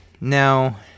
Now